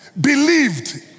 believed